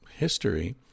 history